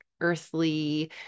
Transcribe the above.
earthly